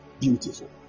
Beautiful